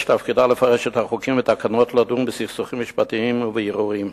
שתפקידה לפרש את החוקים והתקנות ולדון בסכסוכים משפטיים ובערעורים.